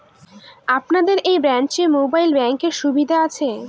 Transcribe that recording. আপনাদের এই ব্রাঞ্চে মোবাইল ব্যাংকের সুবিধে আছে?